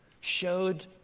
showed